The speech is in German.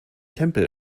tempel